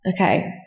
Okay